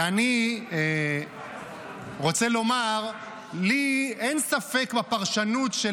אני רוצה לומר שלי אין ספק בפרשנות,